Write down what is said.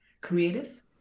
creative